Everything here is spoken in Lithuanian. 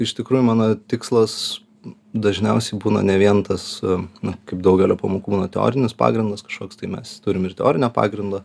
iš tikrųjų mano tikslas dažniausiai būna ne vien tas na kaip daugelio pamokų būna teorinis pagrindas kažkoks tai mes turim ir teorinio pagrindo